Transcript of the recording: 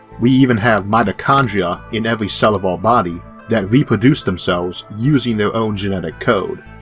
we even have mitochondria in every cell of our body that reproduce themselves using their own genetic code.